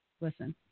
listen